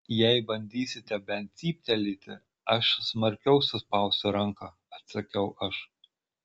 jei bandysite bent cyptelėti aš smarkiau suspausiu ranką atsakiau aš